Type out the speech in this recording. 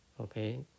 Okay